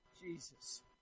Jesus